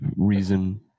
reason